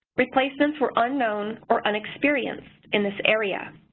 replacements were unknown or an experienced in this area.